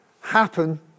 happen